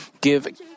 give